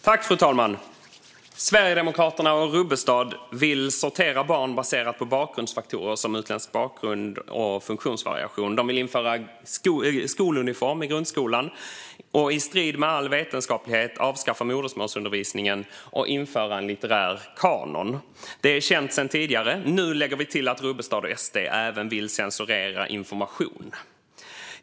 Fru talman! Sverigedemokraterna och Rubbestad vill sortera barn baserat på bakgrundsfaktorer som utländsk bakgrund och funktionsvariationer. De vill införa skoluniform i grundskolan och i strid med all vetenskap avskaffa modersmålsundervisningen. De vill också införa en litterär kanon. Detta är känt sedan tidigare. Nu lägger vi till att Rubbestad och SD även vill censurera information.